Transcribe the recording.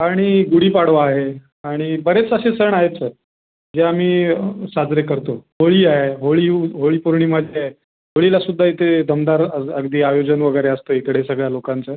आणि गुढीपाडवा आहे आणि बरेच असे सण आहेत सर जे आम्ही साजरे करतो होळी आहे होळी होळी पोर्णिमा जी आहे होळीला सुद्धा इथे दमदार अग अगदी आयोजन वगैरे असतं इकडे सगळ्या लोकांचं